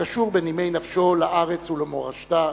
הקשור בנימי נפשו לארץ ולמורשתה,